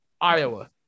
Iowa